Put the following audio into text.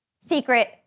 secret